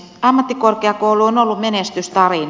ammattikorkeakoulu on ollut menestystarina